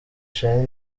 charly